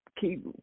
keep